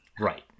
Right